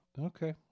Okay